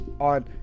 on